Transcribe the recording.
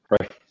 Right